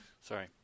Sorry